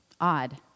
odd